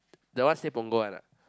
that one stay Punggol [one] ah